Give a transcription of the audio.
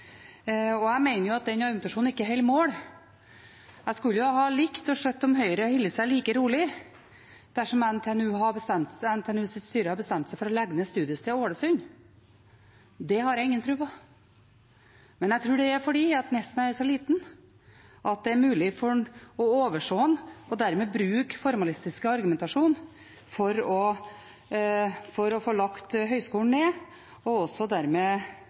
like rolig dersom NTNUs styre hadde bestemt seg for å legge ned studiested i Ålesund. Det har jeg ingen tro på. Men jeg tror det er fordi Nesna er så lite at det er mulig å overse det og dermed bruke formalistisk argumentasjon for å få lagt høyskolen ned og også